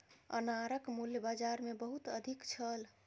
अनारक मूल्य बाजार मे बहुत अधिक छल